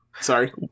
Sorry